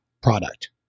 product